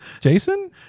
Jason